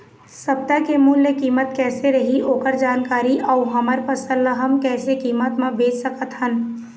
सप्ता के मूल्य कीमत कैसे रही ओकर जानकारी अऊ हमर फसल ला हम कैसे कीमत मा बेच सकत हन?